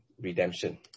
redemption